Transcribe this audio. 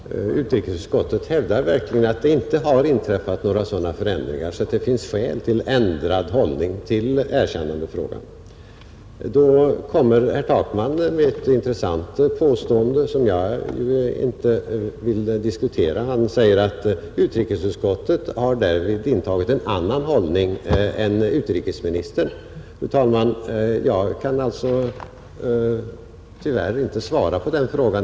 Fru talman! Utrikesutskottet hävdar verkligen att det inte har inträffat några sådana förändringar att det finns skäl till ändrad hållning i erkännandefrågan, Då kommer herr Takman med ett intressant påstående, som jag inte vill diskutera, Han säger att utrikesutskottet har intagit en annan hållning än utrikesministern, Fru talman! Jag kan tyvärr inte svara på detta.